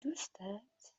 دوستت